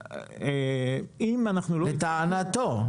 לטענתו.